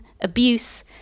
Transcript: abuse